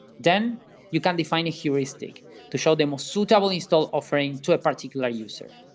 then you can define a heuristic to show the most suitable install offering to a particular user.